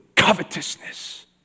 Covetousness